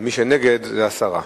מי שנגד, הסרה.